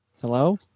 Hello